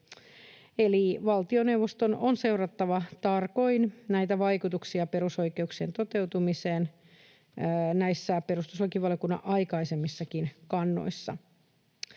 valtioneuvoston on seurattava tarkoin näitä vaikutuksia perusoikeuksien toteutumiseen, näin on perustuslakivaliokunnan aikaisemmissakin kannoissa.